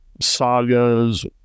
sagas